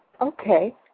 Okay